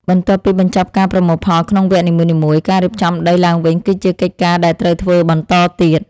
បន្ទាប់ពីបញ្ចប់ការប្រមូលផលក្នុងវគ្គនីមួយៗ ការរៀបចំដីឡើងវិញគឺជាកិច្ចការដែលត្រូវធ្វើបន្តទៀត។